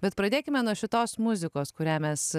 bet pradėkime nuo šitos muzikos kurią mes